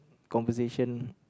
conversation